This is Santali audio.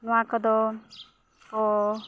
ᱱᱚᱣᱟ ᱠᱚᱫᱚ ᱠᱚ